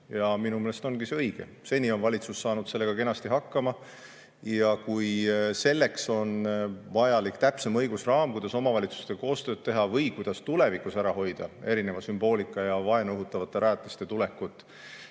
Minu meelest ongi see õige. Seni on valitsus saanud sellega kenasti hakkama. Ja kui selleks on vajalik täpsem õigusraam, kuidas omavalitsustega koostööd teha või kuidas tulevikus ära hoida erineva sümboolika ja vaenu õhutavate rajatiste tulekut,